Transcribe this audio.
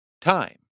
Time